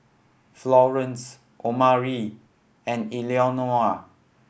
Florence Omari and Eleonora